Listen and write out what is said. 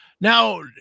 Now